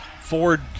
Ford